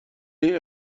این